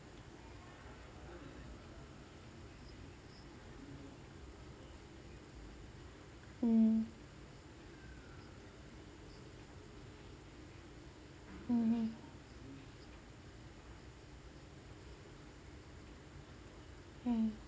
mm mmhmm mm